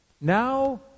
Now